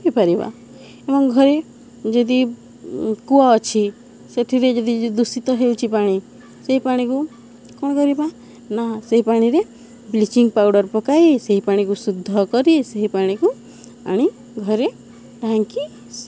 ହେଇପାରିବା ଏବଂ ଘରେ ଯଦି କୂଅ ଅଛି ସେଥିରେ ଯଦି ଦୂଷିତ ହେଉଛି ପାଣି ସେଇ ପାଣିକୁ କ'ଣ କରିବା ନା ସେଇ ପାଣିରେ ବ୍ଲିଚିଙ୍ଗ ପାଉଡ଼ର ପକାଇ ସେହି ପାଣିକୁ ଶୁଦ୍ଧ କରି ସେହି ପାଣିକୁ ଆଣି ଘରେ ଢାଙ୍କି